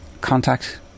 contact